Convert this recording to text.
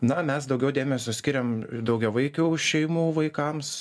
na mes daugiau dėmesio skiriam daugiavaikių šeimų vaikams